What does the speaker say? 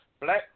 black